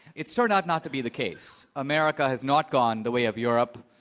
it's turned out not to be the case. america has not gone the way of europe,